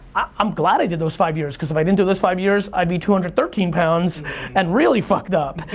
i'm glad i did those five years cause if i didn't do those five years, i'd be two hundred and thirteen pounds and really fucked up.